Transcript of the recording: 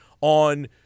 on